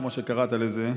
כמו שקראת לזה,